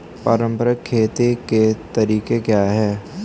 पारंपरिक खेती के तरीके क्या हैं?